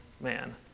man